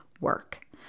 work